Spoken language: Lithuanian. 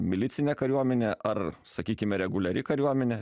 milicinė kariuomenė ar sakykime reguliari kariuomenė